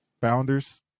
Founders